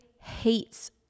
hates